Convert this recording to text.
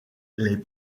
les